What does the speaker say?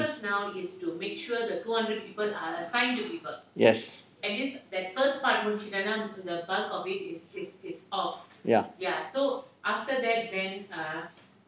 yes